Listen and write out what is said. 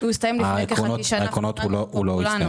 הוא הסתיים לפני כחצי שנה --- הוא לא הסתיים,